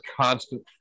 constant